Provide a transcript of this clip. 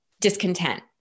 discontent